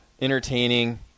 entertaining